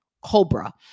Cobra